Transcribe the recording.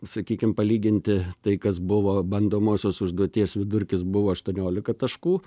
sakykim palyginti tai kas buvo bandomosios užduoties vidurkis buvo aštuoniolika taškų